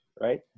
right